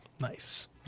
Nice